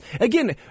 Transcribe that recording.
Again